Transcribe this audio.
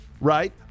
Right